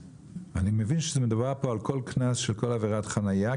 אני מבין שמדובר פה על כל קנס של כל עבירת חניה,